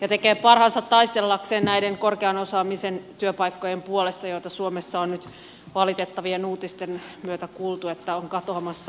ja tekee parhaansa taistellakseen näiden korkean osaamisen työpaikkojen puolesta joita suomessa on nyt valitettavien uutisten myötä kuultu olevan katoamassa